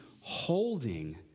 holding